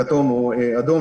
כתום או אדום,